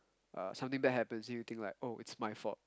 uh something bad happens to you then you think like oh it's my fault